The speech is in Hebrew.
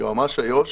היועץ המשפטי איו"ש